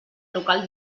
local